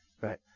Right